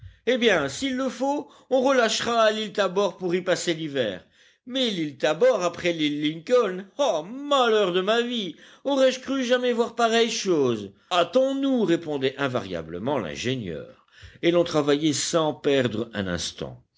eh bien s'il le faut on relâchera à l'île tabor pour y passer l'hiver mais l'île tabor après l'île lincoln ah malheur de ma vie aurai-je cru jamais voir pareille chose hâtons-nous répondait invariablement l'ingénieur et l'on travaillait sans perdre un instant